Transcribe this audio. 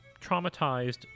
traumatized